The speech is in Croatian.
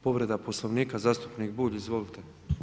Povreda Poslovnika, zastupnik Bulj, izvolite.